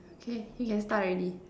okay you can start already